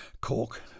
Cork